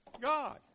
God